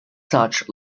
such